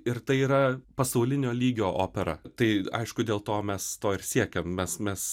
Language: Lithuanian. ir tai yra pasaulinio lygio opera tai aišku dėl to mes to ir siekiam mes mes